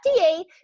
FDA